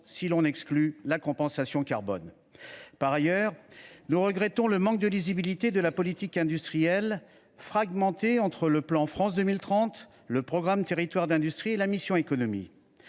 si l’on exclut la compensation carbone. Par ailleurs, nous regrettons le manque de lisibilité de la politique industrielle, fragmentée entre le plan France 2030, le programme Territoires d’industrie et la mission « Économie